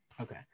Okay